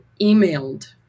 emailed